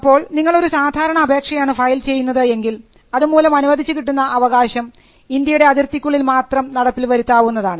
അപ്പോൾ നിങ്ങൾ ഒരു സാധാരണ അപേക്ഷയാണ് ഫയൽ ചെയ്യുന്നത് എങ്കിൽ അതുമൂലം അനുവദിച്ചു കിട്ടുന്ന അവകാശം ഇന്ത്യയുടെ അതിർത്തിക്കുള്ളിൽ മാത്രം നടപ്പിൽ വരുത്താവുന്നതാണ്